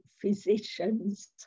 physician's